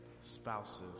spouses